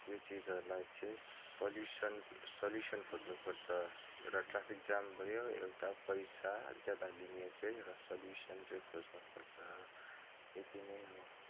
यो चिजहरूलाई चाहिँ सल्युसन सल्युसन खोज्नुपर्छ एउटा ट्राफिक जाम भयो एउटा पैसा ज्यादा लिने चाहिँ एउटा सल्युसन चाहिँ खोज्नुुपर्छ यति नै हो